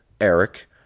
eric